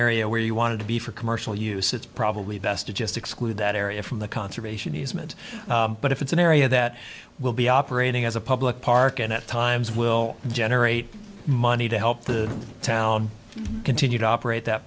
area where you want to be for commercial use it's probably best to just exclude that area from the conservation easement but if it's an area that will be operating as a public park and at times will generate money to help the town continue to operate that